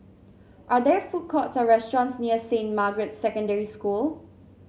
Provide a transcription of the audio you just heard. are there food courts or restaurants near Saint Margaret's Secondary School